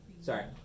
sorry